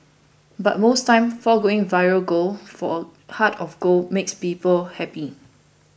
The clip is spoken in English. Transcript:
but most times foregoing viral gold for a heart of gold makes people happy